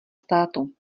státu